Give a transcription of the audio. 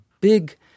big